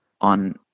on